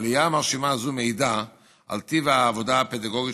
עלייה מרשימה זו מעידה על טיב העבודה הפדגוגית